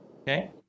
Okay